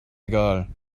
egal